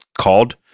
called